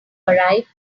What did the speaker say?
arrive